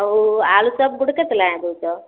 ଆଉ ଆଳୁଚପ୍ ଗୁଟେ କେତେ ଲେଖାଁ ଦେଉଛ